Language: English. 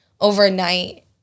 overnight